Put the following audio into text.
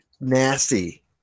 Nasty